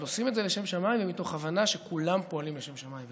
אבל עושים את זה לשם שמיים ומתוך הבנה שכולם פועלים לשם שמיים,